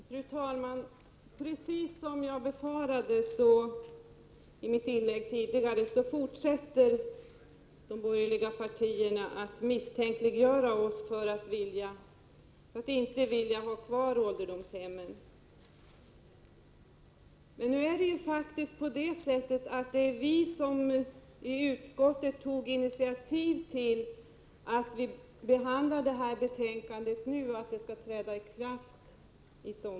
Fru talman! Precis som jag i mitt tidigare inlägg sade att jag befarar fortsätter de borgerliga partierna att misstänkliggöra oss socialdemokrater för att inte vilja ha kvar ålderdomshemmen. Men det är ju faktiskt så att det var vi som i utskottet tog initiativ till att det här förslaget behandlas nu och att bestämmelserna skall träda i kraft i sommar.